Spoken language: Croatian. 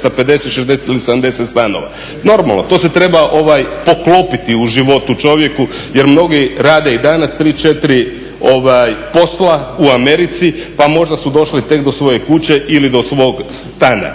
sa 50, 60 ili 70 stanova. Normalno, to se treba poklopiti u životu čovjeku jer mnogi rade i danas tri, četiri posla u Americi pa možda su došli tek do svoje kuće ili do svog stana.